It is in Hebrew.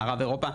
מערב אירופה,